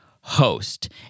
host